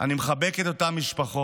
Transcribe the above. אני מחבק את אותן משפחות,